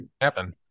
happen